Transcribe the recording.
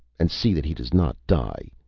and see that he does not die.